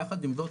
יחד עם זאת,